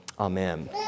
AMEN